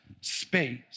space